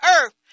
earth